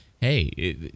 hey